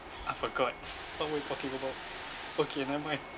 I forgot what were we talking about okay never mind